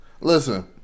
Listen